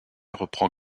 reprend